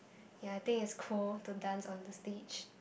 ya I think is cool to dance on the stage